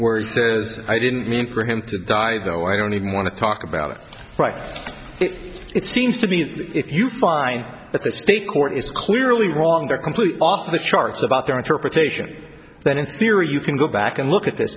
where he says i didn't mean for him to die though i don't even want to talk about it right it seems to me if you find that they speak or it is clearly wrong they're completely off the charts about their interpretation then it's clear you can go back and look at th